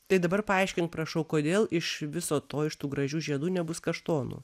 tai dabar paaiškink prašau kodėl iš viso to iš tų gražių žiedų nebus kaštonų